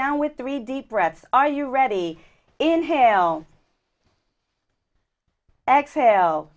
down with three deep breaths are you ready inhale exhale